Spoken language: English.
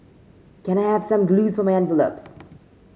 can I have some glue of my envelopes